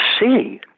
see